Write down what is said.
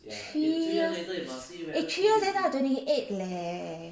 three years eh three years later I twenty eight leh